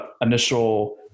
initial